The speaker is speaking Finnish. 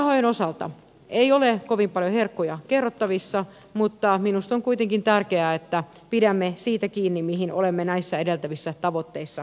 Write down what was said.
määrärahojen osalta ei ole kovin paljon herkkuja kerrottavissa mutta minusta on kuitenkin tärkeää että pidämme siitä kiinni mihin olemme näissä edeltävissä tavoitteissa sitoutuneet